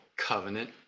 covenant